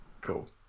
Cool